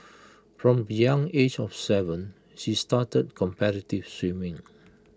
from the young age of Seven she started competitive swimming